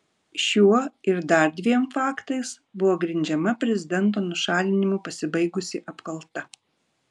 šiuo ir dar dviem faktais buvo grindžiama prezidento nušalinimu pasibaigusi apkalta